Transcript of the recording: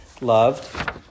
loved